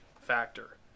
factor